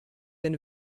been